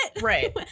Right